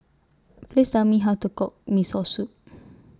Please Tell Me How to Cook Miso Soup